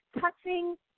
touching